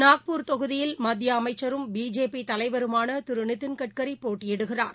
நாக்பூர் தொகுதியில் மத்தியஅமைச்சரும் பிஜேபிதலைவருமானதிருநிதின் கட்கரிபோட்டியிடுகிறார்